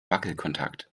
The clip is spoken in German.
wackelkontakt